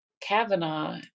Kavanaugh